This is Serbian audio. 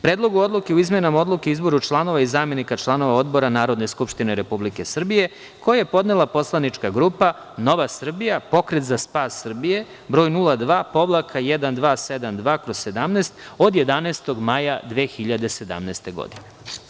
Predlogu odluke o izmenama Odluke o izboru članova i zamenika članova Odbora Narodne skupštine Republike Srbije, koji je podnela poslanička grupa Nova Srbija, Pokret za spas Srbije, broj 02-1272/17, od 11. maja 2017. godine.